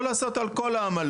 לא לעשות על כל העמלות,